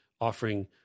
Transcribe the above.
Offering